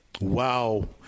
Wow